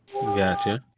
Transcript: Gotcha